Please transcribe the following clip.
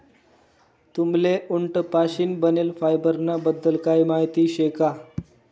तुम्हले उंट पाशीन बनेल फायबर ना बद्दल काही माहिती शे का?